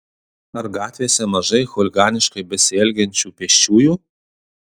ar gatvėse mažai chuliganiškai besielgiančių pėsčiųjų